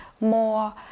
more